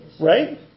Right